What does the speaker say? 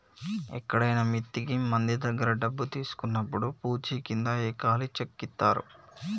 ఎక్కడైనా మిత్తికి మంది దగ్గర డబ్బు తీసుకున్నప్పుడు పూచీకింద ఈ ఖాళీ చెక్ ఇత్తారు